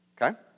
Okay